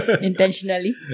intentionally